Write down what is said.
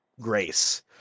grace